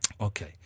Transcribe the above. Okay